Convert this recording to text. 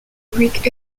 greek